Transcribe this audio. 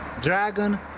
dragon